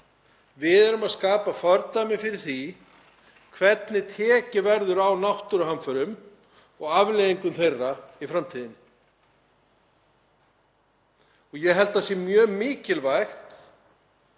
Við erum að skapa fordæmi fyrir því hvernig tekið verður á náttúruhamförum og afleiðingum þeirra í framtíðinni. Ég held að það sé mjög mikilvægt